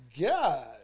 God